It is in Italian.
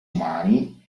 umani